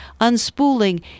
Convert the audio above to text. unspooling